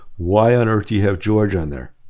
why on earth do you have george on there?